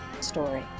story